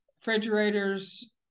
refrigerators